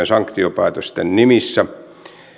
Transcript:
sanktiopäätösten nimissä